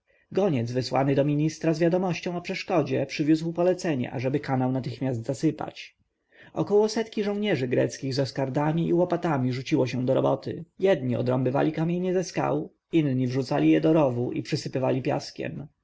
goniec wysłany do ministra z wiadomością o przeszkodzie przywiózł polecenie ażeby kanał natychmiast zasypać około setki żołnierzy greckich z oskardami i łopatami rzuciło się do roboty jedni odrąbywali kamienie ze skał drudzy wrzucali je do rowu i przysypywali piaskiem